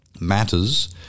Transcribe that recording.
matters